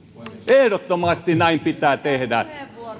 ehdottomasti näin pitää tehdä